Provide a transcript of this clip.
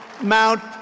Mount